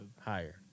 Higher